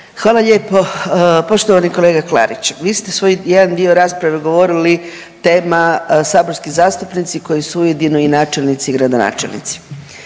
Hvala lijepo. Poštovani kolega Klarić, vi ste svoj jedan dio rasprave govorili tema saborski zastupnici koji su ujedno i načelnici i gradonačelnici.